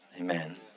Amen